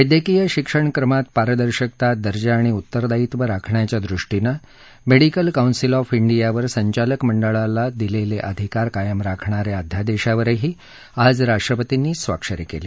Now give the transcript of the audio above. वैद्यकीय शिक्षणक्रमात पारदर्शकता दर्जा आणि उत्तरदायित्व राखण्याच्या दृष्टीनं मेडीकल कॉन्सिल ऑफ डियावर संचालक मंडळाला दिलेले अधिकार कायम राखणा या अध्यादेशावरही आज राष्ट्रपतींनी स्वाक्षरी केली